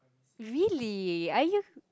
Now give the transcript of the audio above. really are you